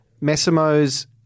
Massimo's